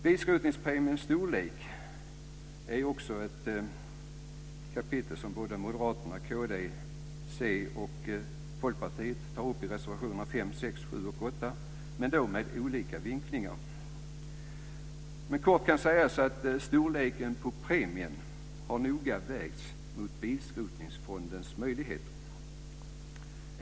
Bilskrotningspremiens storlek är också ett kapitel som Moderaterna, Kristdemokraterna, Centern och Folkpartiet tar upp i reservationerna 5, 6, 7 och 8 men med olika vinklingar. Kort sagt kan sägas att storleken på premien har noga vägts mot bilskrotningsfondens möjligheter.